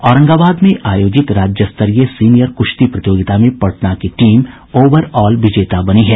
औरंगाबाद में आयोजित राज्य स्तरीय सीनियर कुश्ती प्रतियोगिता में पटना की टीम ओवर ऑल विजेता बनी है